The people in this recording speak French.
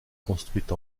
construite